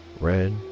red